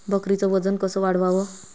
बकरीचं वजन कस वाढवाव?